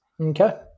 okay